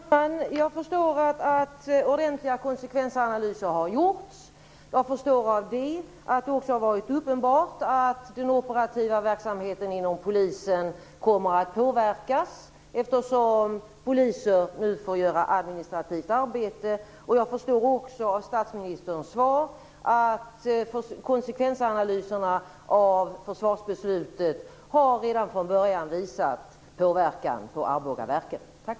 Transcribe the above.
Fru talman! Jag förstår att ordentliga konsekvensanalyser har gjorts. Jag förstår av det att det också har varit uppenbart att den operativa verksamheten inom polisen kommer att påverkas, eftersom poliser nu får utföra administrativt arbete. Jag förstår också av statsministerns svar att konsekvensanalyserna av försvarsbeslutet redan från början visade på en påverkan på Arbogaverken. Tack för svaret!